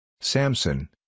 Samson